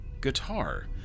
guitar